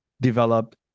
developed